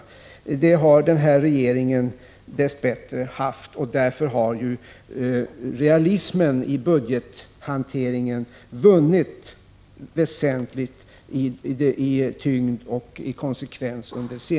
Den nuvarande regeringen har en opposition som gått regeringen före i finanspolitiskt ansvarstagande. Därför har också under senare år realismen i budgethanteringen vunnit väsentligt i tyngd och konsekvens.